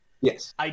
Yes